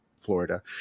Florida